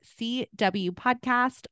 CWPODCAST